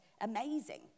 amazing